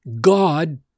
god